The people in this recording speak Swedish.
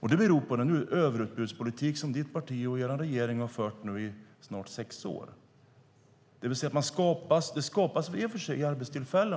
Det beror på den överutbudspolitik som ditt parti och er regering har fört i snart sex år nu. Det skapas i och för sig arbetstillfällen.